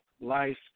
life